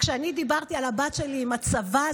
כשאני דיברתי על הבת שלי עם הצבא,